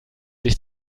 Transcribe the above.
sich